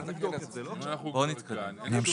נמשיך.